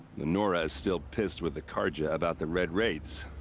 the nora is still pissed with the carja about the red raids.